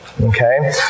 Okay